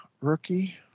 rookie